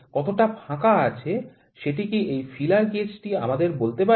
কতটা ফাঁকা আছে সেটি কি এই ফিলার গেজ টি আমাদের বলতে পারে